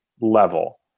level